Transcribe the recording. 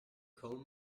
call